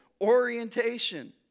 orientation